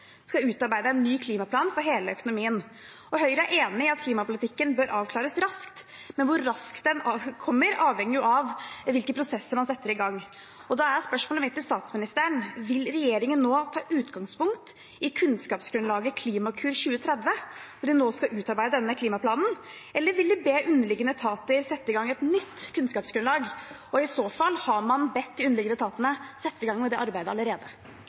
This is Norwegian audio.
ny klimaplan for hele økonomien. Høyre er enig i at klimapolitikken bør avklares raskt, men hvor raskt den kommer, avhenger jo av hvilke prosesser man setter i gang. Da er spørsmålet mitt til statsministeren: Vil regjeringen nå ta utgangspunkt i kunnskapsgrunnlaget Klimakur 2030 når de nå skal utarbeide denne klimaplanen, eller vil de be underliggende etater om å sette i gang et nytt kunnskapsgrunnlag? I så fall: Har man bedt de underliggende etatene om å sette i gang med det arbeidet allerede?